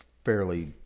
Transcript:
fairly